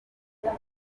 bana